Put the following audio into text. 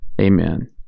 Amen